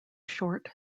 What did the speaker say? short